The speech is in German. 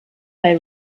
bei